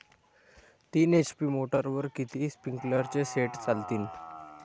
तीन एच.पी मोटरवर किती स्प्रिंकलरचे सेट चालतीन?